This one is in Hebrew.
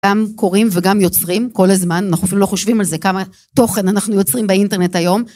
גם קוראים, וגם יוצרים כל הזמן, אנחנו אפילו לא חושבים על זה, כמה תוכן אנחנו יוצרים באינטרנט היום.